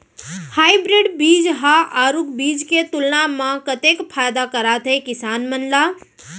Hybrid बीज हा आरूग बीज के तुलना मा कतेक फायदा कराथे किसान मन ला?